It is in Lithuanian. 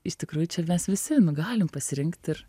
iš tikrųjų čia mes visi galim pasirinkt ir